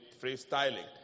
freestyling